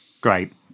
Great